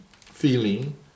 feeling